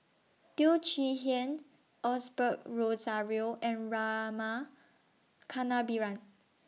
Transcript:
Teo Chee Hean Osbert Rozario and Rama Kannabiran